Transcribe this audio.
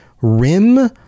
rim